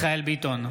מיכאל מרדכי ביטון,